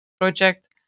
project